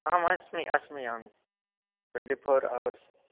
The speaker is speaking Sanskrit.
अहमस्मि अस्मि आं ट्वेन्टो फोर् अवर्स्